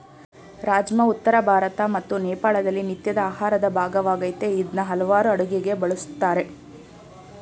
ರಾಜ್ಮಾ ಉತ್ತರ ಭಾರತ ಮತ್ತು ನೇಪಾಳದಲ್ಲಿ ನಿತ್ಯದ ಆಹಾರದ ಭಾಗವಾಗಯ್ತೆ ಇದ್ನ ಹಲವಾರ್ ಅಡುಗೆಗೆ ಬಳುಸ್ತಾರೆ